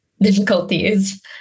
difficulties